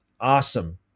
awesome